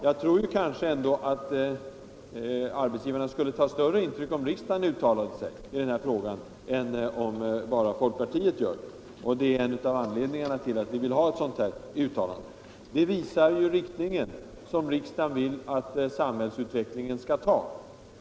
Jag tror ändå att arbetsgivarna skulle ta större intryck om riksdagen uttalade sig i den här frågan än om bara folkpartiet gör det. Det är en av anledningarna till att vi vill ha ett sådant här uttalande. Det skulle ange den riktning som riksdagen vill att samhällsutvecklingen skall ta.